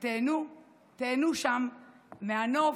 ותיהנו שם מהנוף,